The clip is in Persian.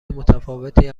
متفاوتی